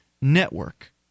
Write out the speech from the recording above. network